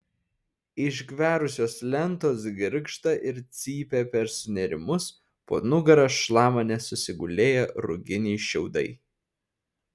išgverusios lentos girgžda ir cypia per sunėrimus po nugara šlama nesusigulėję ruginiai šiaudai